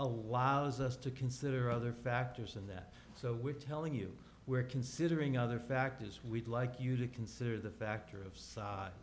allows us to consider other factors in that so we're telling you we're considering other factors we'd like you to consider the factor of